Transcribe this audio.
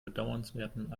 bedauernswerten